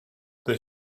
they